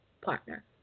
partner